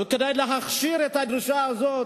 אבל, כדי להכשיר את הדרישה הזאת,